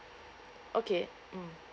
okay mm